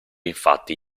infatti